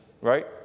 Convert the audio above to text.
Right